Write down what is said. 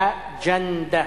א-גַ'-נ-דה.